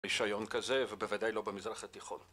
רישיון כזה ובוודאי לא במזרח התיכון